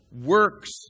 works